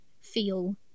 feel